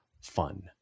fun